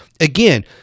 again